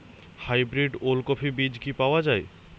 Hybrid ওলকফি বীজ কি পাওয়া য়ায়?